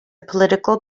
political